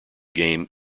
game